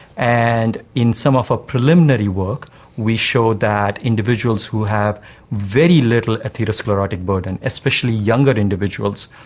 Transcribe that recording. and in some of our preliminary work we showed that individuals who have very little atherosclerotic burden, especially younger individuals,